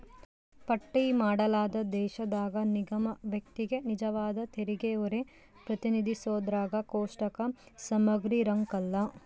ಪಟ್ಟಿ ಮಾಡಲಾದ ದೇಶದಾಗ ನಿಗಮ ವ್ಯಕ್ತಿಗೆ ನಿಜವಾದ ತೆರಿಗೆಹೊರೆ ಪ್ರತಿನಿಧಿಸೋದ್ರಾಗ ಕೋಷ್ಟಕ ಸಮಗ್ರಿರಂಕಲ್ಲ